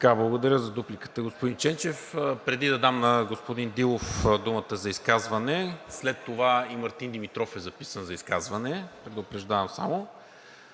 Благодаря за дупликата, господин Ченчев. Преди да дам на господин Дилов думата за изказване – след това и Мартин Димитров е записан за изказване, предупреждавам само,